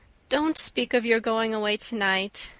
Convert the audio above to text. don't speak of your going away tonight,